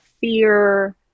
fear